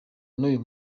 n’uyu